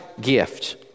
gift